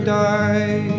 die